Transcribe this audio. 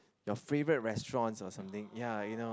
your favourite restaurants or something ya you know